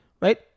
Right